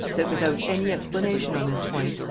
that without any explanation on this point,